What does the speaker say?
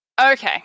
Okay